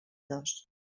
dos